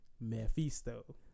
Mephisto